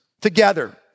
together